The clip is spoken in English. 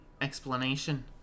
explanation